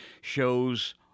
shows